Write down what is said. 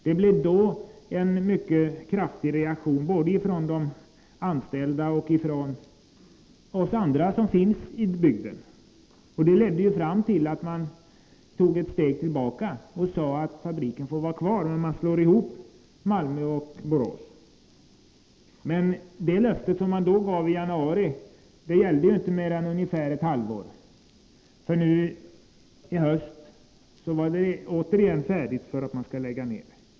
Det blev en mycket kraftig reaktion både ifrån de anställda och från oss andra som finns i bygden. Detta ledde fram till att man tog ett steg tillbaka och sade att fabriken får vara kvar, men att man slog ihop verksamheten i Malmö och i Borås. Det löfte man gav i januari gällde dock inte längre än ungefär ett halvt år. Nu i höst var det återigen färdigt för nedläggning.